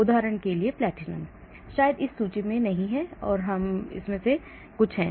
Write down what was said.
उदाहरण के लिए प्लैटिनम शायद इस सूची में नहीं है उनमें से कुछ ही हैं